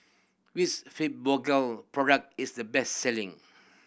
which Fibogel product is the best selling